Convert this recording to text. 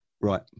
Right